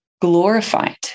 glorified